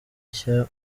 nshya